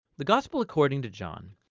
the gospel according to john.